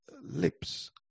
lips